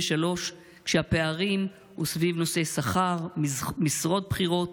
כשהפערים הם סביב נושאי שכר, משרות בכירות.